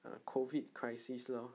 err COVID crisis lor